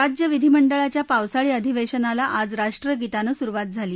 राज्य विधीमंडळाच्या पावसाळी अधिवेशनाला आज राष्ट्रगीतानं सुरुवात झाली